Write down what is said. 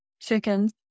chickens